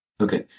Okay